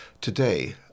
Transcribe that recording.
today